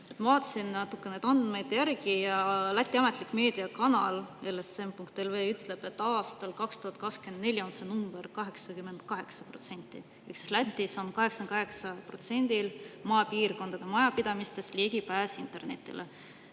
Ma vaatasin natukene neid andmeid. Läti ametlik meediakanal LSM.lv ütleb, et aastal 2024 on see number 88% ehk Lätis on 88%‑l maapiirkondade majapidamistest ligipääs internetile.